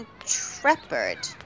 Intrepid